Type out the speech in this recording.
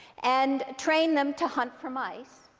and train them to hunt for mice,